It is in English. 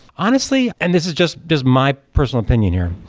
honestly and this is just just my personal opinion here.